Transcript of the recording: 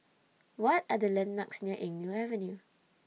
What Are The landmarks near Eng Neo Avenue